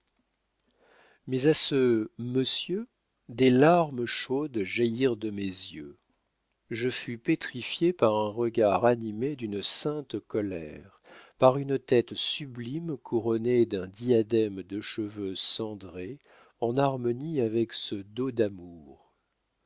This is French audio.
mais à ce monsieur des larmes chaudes jaillirent de mes yeux je fus pétrifié par un regard animé d'une sainte colère par une tête sublime couronnée d'un diadème de cheveux cendrés en harmonie avec ce dos d'amour